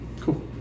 Cool